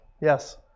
Yes